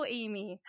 amy